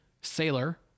sailor